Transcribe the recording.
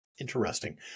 Interesting